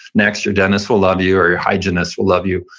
next, your dentist will love you, or your hygienist will love you.